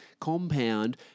compound